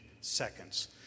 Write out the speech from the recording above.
seconds